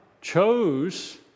chose